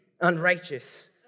unrighteous